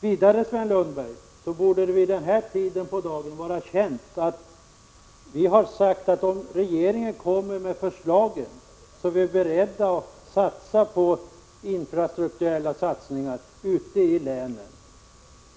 Vidare, Sven Lundberg, borde det vid den här tiden på dagen vara känt att vi har sagt att vi, om regeringen lägger fram förslag härom, är beredda att gå in för infrastruktursatsningar i länen.